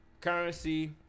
Currency